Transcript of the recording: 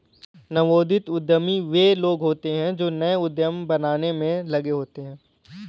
नवोदित उद्यमी वे लोग होते हैं जो नए उद्यम बनाने में लगे होते हैं